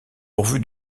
pourvu